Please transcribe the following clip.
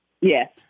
Yes